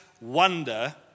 wonder